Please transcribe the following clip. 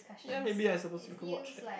ya maybe I suppose we could watch that